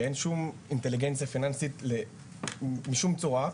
ואין שום אינטליגנציה פיננסית משום צורה,